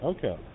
Okay